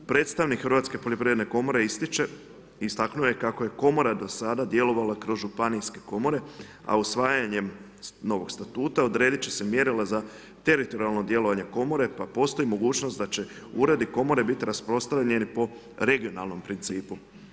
Predstavnik Hrvatske poljoprivredne komore ističe i istaknuo je kako je komora do sada djelovala kroz županijske komore, a ušivanjem novog statuta, odrediti će se mjerila za teritorijalno djelovanje komore, pa postoji mogućnost da će uredi komori biti rasprostavljeni po regionalnom principu.